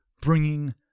bringing